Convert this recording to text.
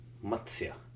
Matsya